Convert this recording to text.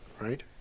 right